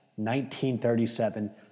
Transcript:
1937